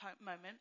moment